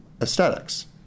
aesthetics